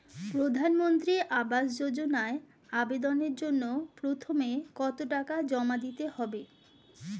প্রধানমন্ত্রী আবাস যোজনায় আবেদনের জন্য প্রথমে কত টাকা জমা দিতে হবে?